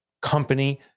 company